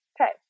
Okay